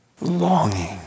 longing